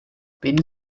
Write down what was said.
beni